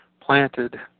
planted